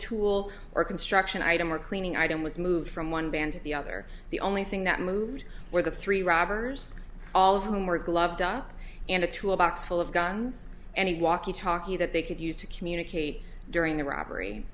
tool or construction item or cleaning item was moved from one band to the other the only thing that moved were the three robbers all of whom were gloved up and a tool box full of guns and the walkie talkie that they could use to communicate during the robbery